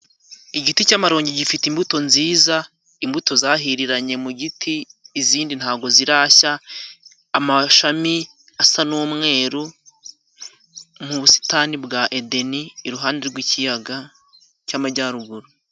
Igiti cy'amarongi gifite imbuto nziza, imbuto zahiriranye mu giti, izindi ntago zirashya. Amashami asa n'umweru mu busitani bwa edeni iruhande rw'ikiyaga cy'amajyaruguru.